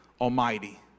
Almighty